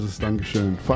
Dankeschön